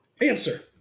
answer